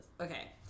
Okay